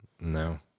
No